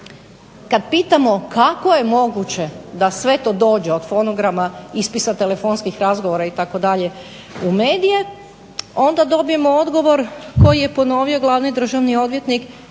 Kad pitamo kako je moguće da sve to dođe od fonograma, ispisa telefonskih razgovora itd. u medije onda dobijemo odgovor koji je ponovio Glavni državni odvjetnik